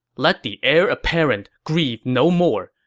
let the heir apparent grieve no more.